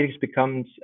becomes